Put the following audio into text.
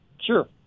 Sure